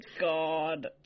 god